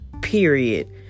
period